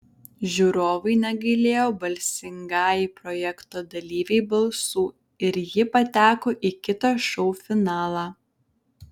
žiūrovai negailėjo balsingajai projekto dalyvei balsų ir ji pateko į kitą šou finalą